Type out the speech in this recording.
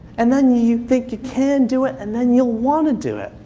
and then you think you can do it, and then you'll want to do it.